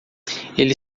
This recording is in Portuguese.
ele